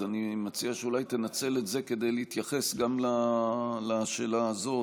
אז אני מציע שאולי תנצל את זה כדי להתייחס גם לשאלה הזאת,